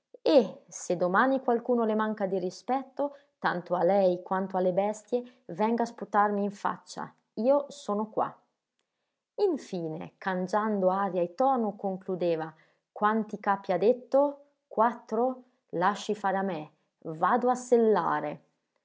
e se domani qualcuno le manca di rispetto tanto a lei quanto alle bestie venga a sputarmi in faccia io sono qua in fine cangiando aria e tono concludeva quanti capi ha detto quattro lasci fare a me vado a sellare